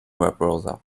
webbrowser